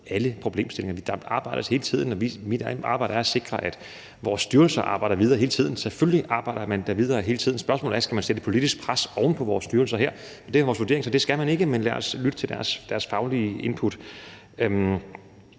alle problemstillinger. Der arbejdes hele tiden, og mit arbejde er at sikre, at vores styrelser arbejder hele tiden videre. Selvfølgelig arbejder man da videre hele tiden. Spørgsmålet er: Skal man sætte et politisk pres på vores styrelser her? Og det er vores vurdering, at det skal man ikke, men lad os lytte til deres faglige input.